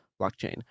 blockchain